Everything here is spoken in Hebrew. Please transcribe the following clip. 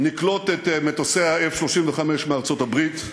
נקלוט את מטוסי ה-F-35 מארצות-הברית,